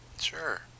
Sure